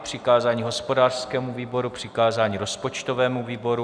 Přikázání hospodářskému výboru, přikázání rozpočtovému výboru.